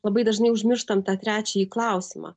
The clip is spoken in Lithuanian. labai dažnai užmirštam tą trečiąjį klausimą